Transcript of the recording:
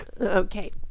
Okay